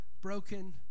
broken